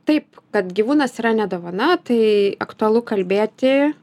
taip kad gyvūnas yra ne dovana tai aktualu kalbėti